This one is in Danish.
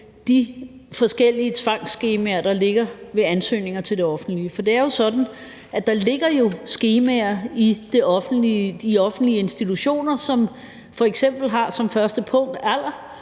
de forskellige tvangsskemaer, der er i forbindelse med ansøgninger til det offentlige. For det er jo sådan, at der ligger skemaer i de offentlige institutioner, som f.eks. som det første punkt har